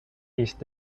east